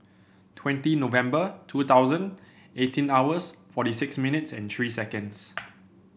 twenty November two thousand eighteen hours forty six minutes and three seconds